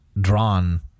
drawn